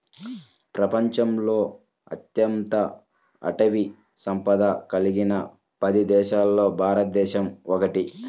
ప్రపంచంలో అత్యంత అటవీ సంపద కలిగిన పది దేశాలలో భారతదేశం ఒకటి